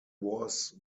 was